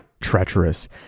treacherous